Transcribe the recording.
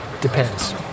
Depends